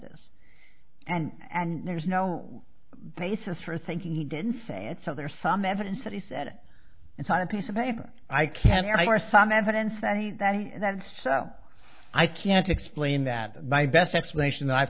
this and there's no basis for thinking he didn't say it so there's some evidence that he said it's on a piece of paper i can hear some evidence that he that that so i can't explain that my best explanation that i've